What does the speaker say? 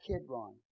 Kidron